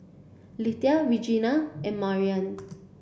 Lethia Regena and Mariann